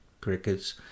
Crickets